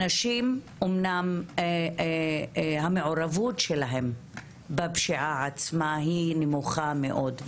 אמנם המעורבות של הנשים בפשיעה עצמה היא נמוכה מאוד,